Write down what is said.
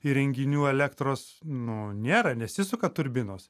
įrenginių elektros nu nėra nesisuka turbinos